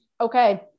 okay